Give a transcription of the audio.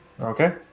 okay